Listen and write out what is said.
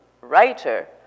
writer